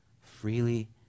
Freely